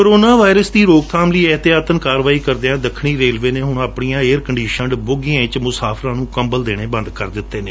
corona virus ਦੀ ਰੋਕਬਾਮ ਲਈ ਏਹਤਿਆਤਨ ਕਰਵਾਈ ਕਰਦਿਆਂ ਦੱਖਣੀ ਰੇਲਵੇ ਨੇ ਹੁਣ ਆਪਣੀਆਂ ਏਅਰ ਕੰਡੀਸ਼ਨਰਡ ਬੋਗੀਆਂ ਵਿਚ ਮੁਸਾਫਰਾਂ ਨੂੰ ਕੰਬਲ ਦੇਣੇ ਬੰਦ ਕਰ ਦਿੱਤੇ ਨੇ